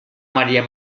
maria